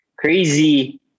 crazy